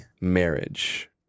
marriage